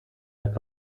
hat